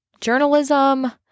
journalism